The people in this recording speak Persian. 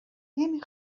نمی